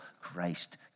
Christ